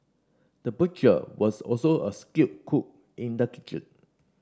the butcher was also a skilled cook in the kitchen